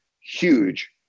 huge